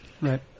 Right